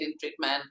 treatment